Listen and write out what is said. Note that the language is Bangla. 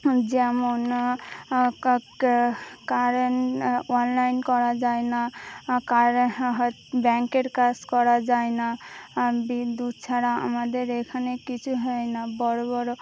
যেমন কারেন্ট অনলাইন করা যায় না কারেন ব্যাংকের কাজ করা যায় না বিদ্যুৎ ছাড়া আমাদের এখানে কিছু হয় না বড়ো বড়ো